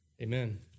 Amen